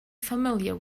familiar